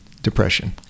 depression